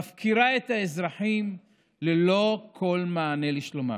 מפקירה את האזרחים ללא כל מענה לשלומם.